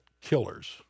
killers